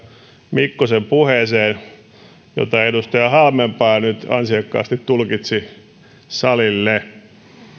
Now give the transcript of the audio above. mikkosen puheeseen jota edustaja halmeenpää nyt ansiokkaasti tulkitsi salille